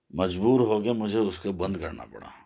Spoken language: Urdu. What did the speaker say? مجبور ہو کے مجھے اس کو بند کرنا پڑا